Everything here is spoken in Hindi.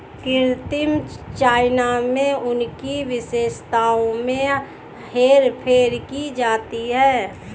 कृत्रिम चयन में उनकी विशेषताओं में हेरफेर की जाती है